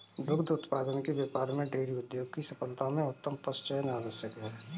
दुग्ध उत्पादन के व्यापार में डेयरी उद्योग की सफलता में उत्तम पशुचयन आवश्यक है